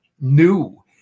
new